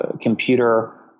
computer